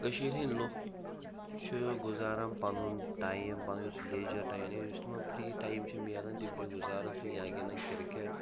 کٔشیٖر ہِنٛدۍ لُکھ چھِ گُزاران پَنُن ٹایِم پَنُن یُس لیجَر ٹایم یعنی یُس تِمَن فِرٛی ٹایِم چھِ مِلان تِم چھِ گُزاران سُہ یا گِنٛدَن کِرکٹ